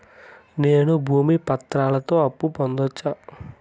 నేను భూమి పత్రాలతో అప్పు పొందొచ్చా?